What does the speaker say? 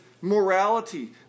morality